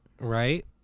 Right